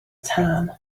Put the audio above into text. tân